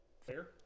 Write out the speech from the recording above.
Fair